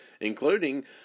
including